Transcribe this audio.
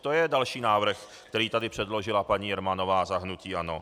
To je další návrh, který tady předložila paní Jermanová za hnutí ANO.